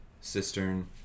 cistern